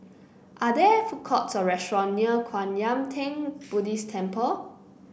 are there food courts or restaurant near Kwan Yam Theng Buddhist Temple